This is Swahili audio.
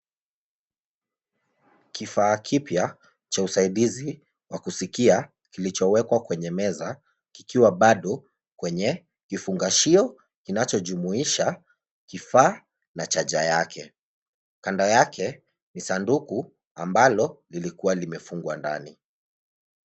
Kifaa kipya cha usaidizi wa kuskia kilichowekwa kwenye meza kikiwa bado kwenye kifungashio kinachojumuisha kifaa na chaja yake. Kando yake, ni sanduku ambalo lilikua limefungwa ndani.